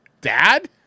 dad